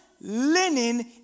linen